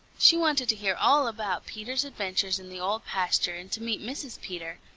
she wanted to hear all about peter's adventures in the old pasture and to meet mrs. peter.